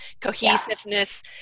cohesiveness